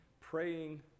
praying